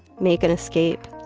make an escape.